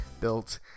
built